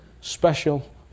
special